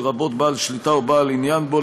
לרבות בעל שליטה ובעל עניין בו,